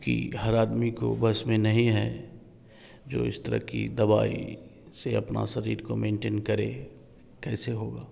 कि हर आदमी को बस में नही है जो इस तरह की दवाई से अपना शरीर को मेंटेन करे कैसे होगा